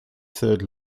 third